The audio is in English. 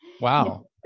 Wow